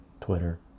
Twitter